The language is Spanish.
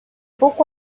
poco